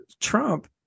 Trump